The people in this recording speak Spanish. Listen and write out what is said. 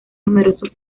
numerosos